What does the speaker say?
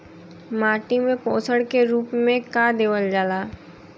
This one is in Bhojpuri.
माटी में पोषण के रूप में का देवल जाला?